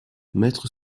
maître